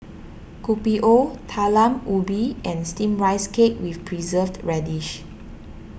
Kopi O Talam Ubi and Steamed Rice Cake with Preserved Radish